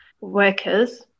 workers